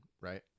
right